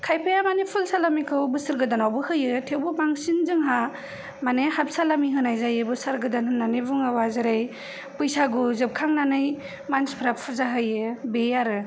खायफाया मानि फुल सालामिखौ बोसोर गोदानावबो होयो थेवबो बांसिन जोंहा मानि हाफ सालामि होनाय जायो बोसोर गोदान होननानै बुङोबा जेरै बैसागु जोबखांनानै मानसिफ्रा फुजा होयो बे आरो